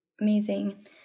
Amazing